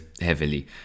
heavily